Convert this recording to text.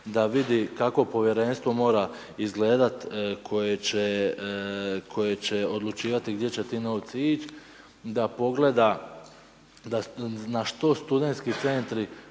da vidi kako povjerenstvo mora izgledati koje će odlučivati gdje će ti novci ići da pogleda na što studentski centri